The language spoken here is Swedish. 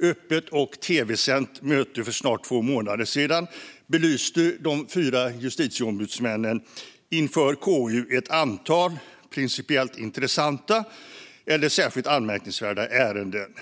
öppet och tv-sänt möte för snart två månader sedan belyste de fyra justitieombudsmännen inför KU ett antal principiellt intressanta eller särskilt anmärkningsvärda ärenden.